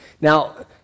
Now